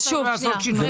שלא צריך לעשות שינויים?